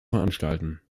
veranstalten